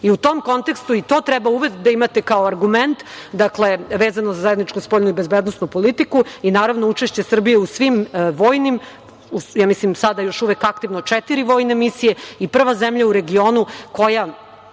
tom kontekstu i to treba da imate kao argument vezano za zajedničku spoljnu i bezbednosnu politiku i naravno učešće Srbije u svim vojnim, ja mislim da sada još uvek aktivno četiri vojne misije i prva zemlja u regionu koja